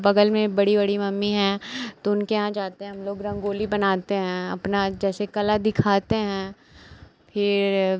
बग़ल में बड़ी बड़ी मम्मी हैं तो उनके यहाँ जाते हैं हम लोग रंगोली बनाते हैं अपना जैसे कला दिखाते हैं फिर